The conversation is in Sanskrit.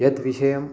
यत्विषयम्